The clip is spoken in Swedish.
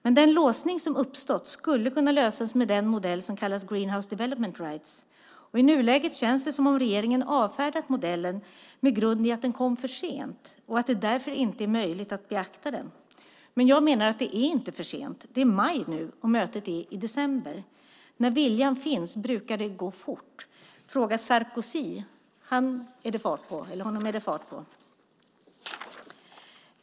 Men den låsning som har uppstått skulle kunna lösas med den modell som kallas Greenhouse development rights. I nuläget känns det som om regeringen har avfärdat modellen med grund i att den kom för sent och att det därför inte är möjligt att beakta den. Men jag menar att det inte är för sent. Det är maj nu, och mötet är i december. När viljan finns brukar det gå fort. Fråga Sarkozy, honom är det fart på!